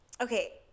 Okay